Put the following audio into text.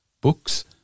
books